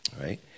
right